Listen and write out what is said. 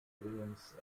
williams